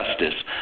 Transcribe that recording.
justice